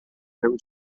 نمی